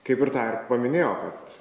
kaip ir tą ir paminėjo kad